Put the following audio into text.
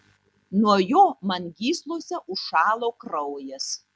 nuo jo man gyslose užšalo kraujas